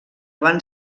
van